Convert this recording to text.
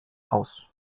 aus